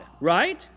Right